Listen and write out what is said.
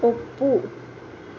ಒಪ್ಪು